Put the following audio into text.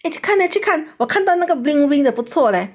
去看 leh 去看我看到那个 bling bling 的不错 eh